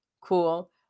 cool